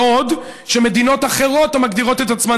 בעוד מדינות אחרות המגדירות אות עצמן